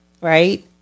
Right